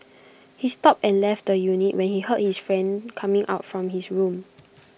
he stopped and left the unit when he heard his friend coming out from his room